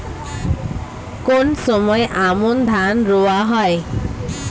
কোন সময় আমন ধান রোয়া হয়?